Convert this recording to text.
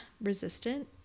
resistant